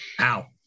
Ow